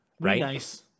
right